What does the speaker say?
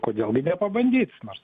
kodėl gi nepabandyt nors